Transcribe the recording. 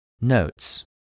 Notes